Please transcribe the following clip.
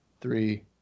three